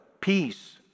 Peace